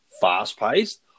fast-paced